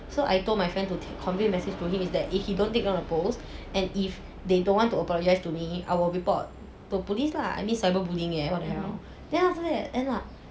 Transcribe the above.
so I told my friend to convey message to him is that if he don't take down the post and if they don't want to apologize to me I will report to police lah I mean cyber bullying leh what the hell then after that end up